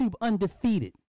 undefeated